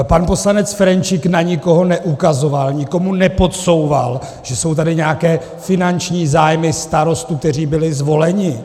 Pan poslanec Ferjenčík na nikoho neukazoval, nikomu nepodsouval, že jsou tady nějaké finanční zájmy starostů, kteří byli zvoleni.